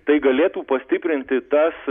tai galėtų pastiprinti tas